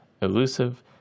elusive